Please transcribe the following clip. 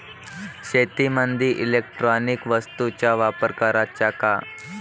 शेतीमंदी इलेक्ट्रॉनिक वस्तूचा वापर कराचा का?